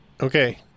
Okay